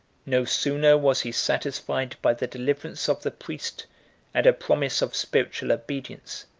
no sooner was he satisfied by the deliverance of the priests and a promise of spiritual obedience,